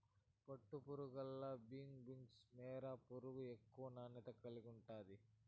పట్టుపురుగుల్ల బ్యాంబిక్స్ మోరీ పురుగు ఎక్కువ నాణ్యత కలిగుండాది